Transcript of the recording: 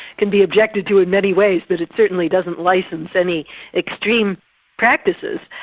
can be objected to in many ways but it certainly doesn't license any extreme practices.